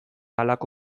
halako